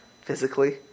physically